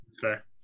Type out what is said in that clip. Fair